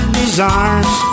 desires